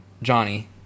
Johnny